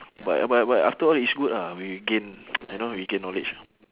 but but but after all it's good ah we gain you know we gain knowledge